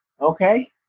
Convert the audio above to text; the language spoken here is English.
okay